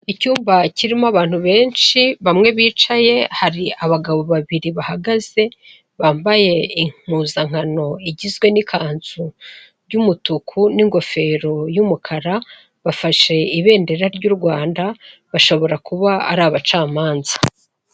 Icyumba kirimo abantu benshi, bamwe bicaye, hari abagabo babiri bahagaze, bambaye impuzankano igizwe n'ikanzu y'umutuku n'ingofero y'umukara, bafashe ibendera ry'u Rwanda, bashobora kuba ari abacamanza.